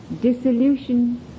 Dissolution